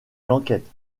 l’enquête